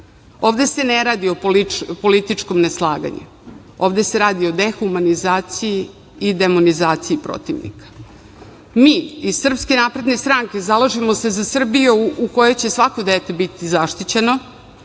se ne radi o političkom neslaganju, ovde se radi o dehumanizaciji i demonizaciji protivnika. Mi iz Srpske napredne stranke zalažemo se za Srbiju u kojoj će svako dete biti zaštićeno,